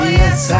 yes